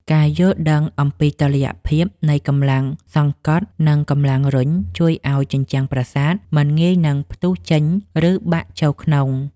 ការយល់ដឹងអំពីតុល្យភាពនៃកម្លាំងសង្កត់ និង កម្លាំងរុញជួយឱ្យជញ្ជាំងប្រាសាទមិនងាយនឹងផ្ទុះចេញ ឬ បាក់ចូលក្នុង។